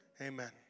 Amen